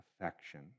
affection